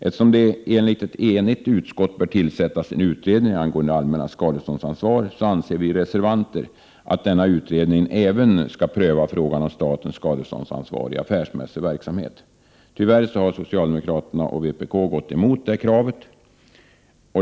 Eftersom det enligt ett enigt utskott bör tillsättas en utredning angående det allmännas skadeståndsansvar, anser vi reservanter att denna utredning även skall pröva frågan om statens skadeståndsansvar i affärsmässig verksamhet. Tyvärr har socialdemokraterna och vpk gått emot detta krav.